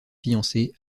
fiancé